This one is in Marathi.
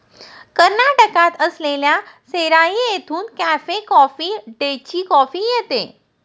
कर्नाटकात असलेल्या सेराई येथून कॅफे कॉफी डेची कॉफी येते